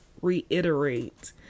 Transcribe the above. reiterate